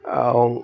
এবং